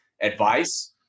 advice